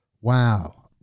Wow